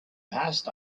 passed